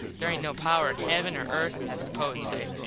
there aint no power in heavin or earth, as the poets say,